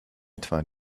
etwa